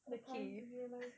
a time to be alive